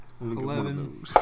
Eleven